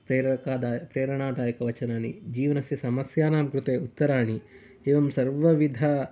प्रेरकदाय प्ररणादयकवचनानि जीवनस्य समस्यानां कृते उत्तराणि एवं सर्वविध